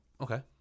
Okay